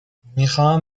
میخوام